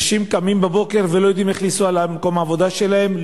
אנשים קמים בבוקר ולא יודעים איך לנסוע למקום העבודה שלהם,